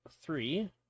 three